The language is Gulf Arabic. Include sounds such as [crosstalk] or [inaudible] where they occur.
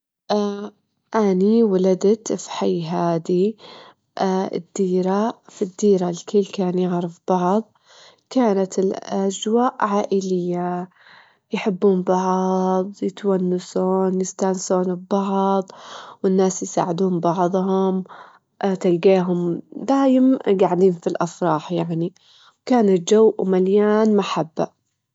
الرياضات متل رياضة رفع الأثقال وكرة القدم تتطلب [hesitation] قوة بدنية كبيرة، [hesitation] أما الرياضات أشوف متل السباحة أو اليوجا ممكن تحتاج لمرونة أكتر من أنها تحتاج لقوة.